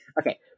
Okay